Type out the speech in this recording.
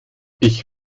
ich